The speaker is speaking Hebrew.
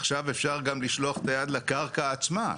עכשיו אפשר גם לשלוח את היד לקרקע עצמה.